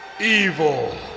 evil